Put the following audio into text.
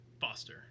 Foster